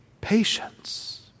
patience